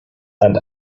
and